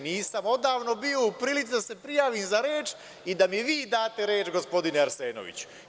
Nisam odavno bio u prilici da se prijavim za reč i da mi vi date reč, gospodine Arsenoviću.